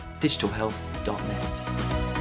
digitalhealth.net